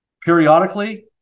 periodically